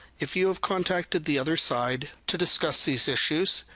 if you have contacted the other side to discuss these issues,